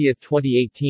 2018